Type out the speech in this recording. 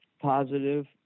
positive